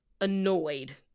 annoyed